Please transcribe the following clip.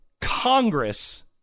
Congress